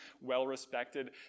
well-respected